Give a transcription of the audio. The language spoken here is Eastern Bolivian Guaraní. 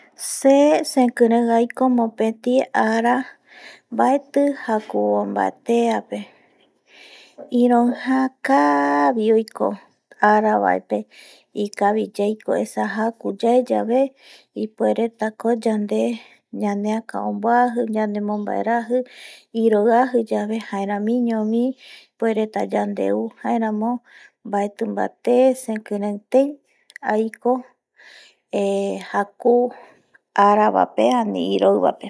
Se, sekiren aiko mopeti ara baeti jakubo bate ape, ironja kabi oikoara baepe ikabi yaiko esa jaku yae yave ipuereta ko yande ñaneaka onbuaji ñandebobaeraji iroi aja yave jaeramiño bi ipureta yande uu jaeramo baeti bate sekiren tei aiko eh jakubo ba pe ani iroi bape